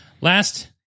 Last